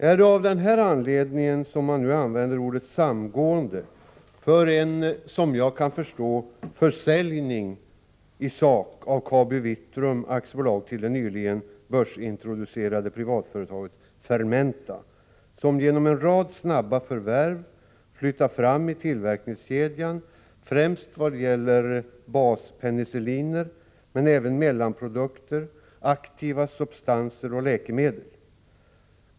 Är det av denna anledning man nu använder ordet ”samgående” för, såvitt jag kan förstå, en försäljning av KabiVitrum AB till det nyligen börsintroducerade privatföretaget Fermenta, som genom en rad snabba förvärv flyttat fram i tillverkningskedjan främst vad gäller baspenicilliner men även mellanprodukter, aktiva substanser och läkemedel?